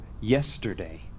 yesterday